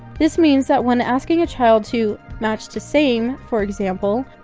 this means that when asking a child to match to same, for example,